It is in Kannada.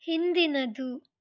ಹಿಂದಿನದು